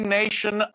nation